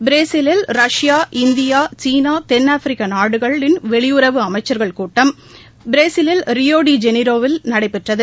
Brazil Russia India China தெள் Africa நாடுகளின் வெளியுறவு அமைச்சர்கள் கூட்டம் பிரேசிலில் ரியோடி ஜெனிரோவில் நடைபெற்றது